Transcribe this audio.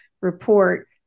report